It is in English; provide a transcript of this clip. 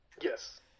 Yes